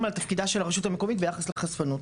על תפקידה של הרשות המקומית ביחס לחשפנות,